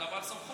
אתה בעל סמכות.